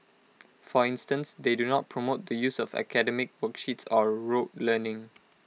for instance they do not promote the use of academic worksheets or rote learning